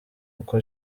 uko